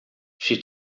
she